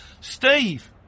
Steve